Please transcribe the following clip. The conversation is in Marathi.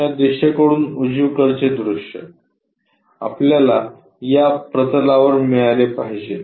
या दिशेकडून उजवीकडचे दृश्य आपल्याला या प्रतलावर मिळाले पाहिजे